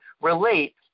relate